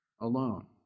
alone